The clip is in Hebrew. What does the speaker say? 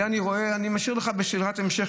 אני משאיר לך לשאלת המשך,